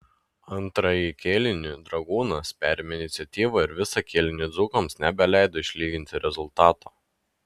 antrąjį kėlinį dragūnas perėmė iniciatyvą ir visą kėlinį dzūkams nebeleido išlyginti rezultato